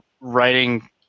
writing